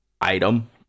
item